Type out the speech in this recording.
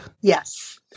Yes